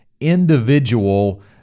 individual